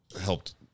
helped